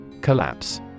Collapse